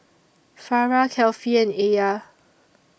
Farah Kefli and Alya